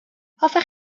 hoffech